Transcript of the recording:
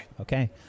okay